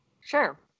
Sure